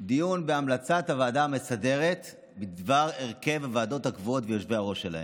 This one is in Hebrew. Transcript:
דיון בהמלצת הוועדה המסדרת בדבר הרכב הוועדות הקבועות ויושבי-הראש שלהן.